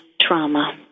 trauma